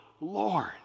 Lord